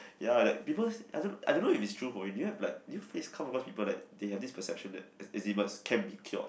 ya that people I don't I don't know if it's true for you do you have like do you face come across people like they have this perception that eczema can be cured